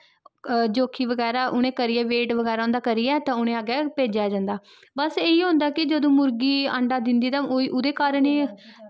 जोखी करियै वेट बगैरा करियै ते उ'नेंगी अग्गैं भेजेआ जंदा बस इ'यै होंदा कि जिसलै मुर्गी अंडा दिंदी ते ओह्दे कारन गै